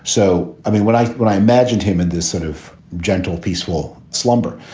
so, i mean, what i what i imagined him in this sort of gentle, peaceful slumber.